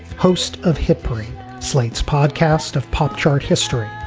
host of heparin slate's podcast of pop chart history.